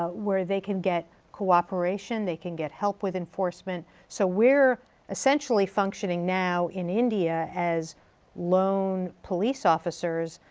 ah where they can get cooperation, they can get help with enforcement. so we're essentially functioning now in india as lone police officers,